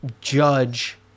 judge